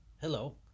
Hello